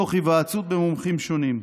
תוך היוועצות במומחים שונים.